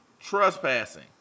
trespassing